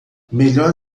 melhor